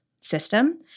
system